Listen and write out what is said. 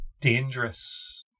dangerous